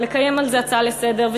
לקיים על זה דיון כהצעה לסדר-היום,